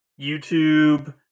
YouTube